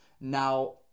now